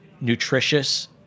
nutritious